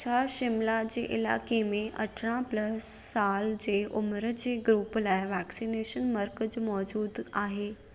छा शिमला जे इलाइक़े में अरिड़हं प्लस साल जी उमिरि जे ग्रुप लाइ वैक्सीनेशन मर्कज़ मौजूदु आहे